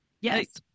Yes